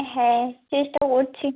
হ্যাঁ চেষ্টা করছি